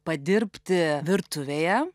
padirbti virtuvėje